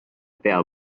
pea